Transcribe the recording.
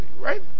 Right